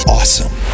Awesome